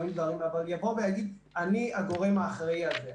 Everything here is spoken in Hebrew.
אבל יבוא ויגיד: אני הגורם האחראי על זה.